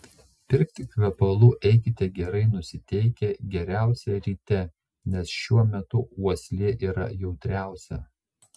pirkti kvepalų eikite gerai nusiteikę geriausia ryte nes šiuo metu uoslė yra jautriausia